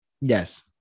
Yes